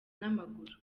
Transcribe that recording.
n’amaguru